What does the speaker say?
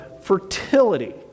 fertility